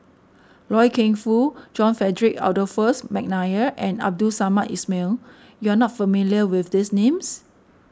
Loy Keng Foo John Frederick Adolphus McNair and Abdul Samad Ismail you are not familiar with these names